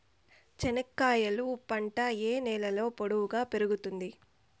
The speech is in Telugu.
చెనక్కాయలు పంట ఏ నేలలో పొడువుగా పెరుగుతుంది?